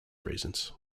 reasons